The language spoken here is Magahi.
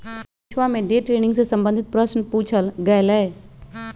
परीक्षवा में डे ट्रेडिंग से संबंधित प्रश्न पूछल गय लय